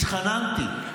התחננתי,